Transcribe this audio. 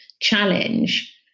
challenge